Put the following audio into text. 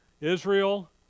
Israel